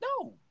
no